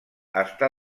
està